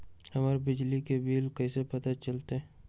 हमर बिजली के बिल कैसे पता चलतै?